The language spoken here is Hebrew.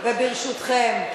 וברשותכם,